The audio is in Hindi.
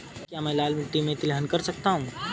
क्या मैं लाल मिट्टी में तिलहन कर सकता हूँ?